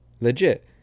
Legit